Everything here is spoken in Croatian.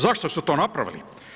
Zašto su to napravili?